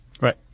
Right